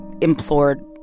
implored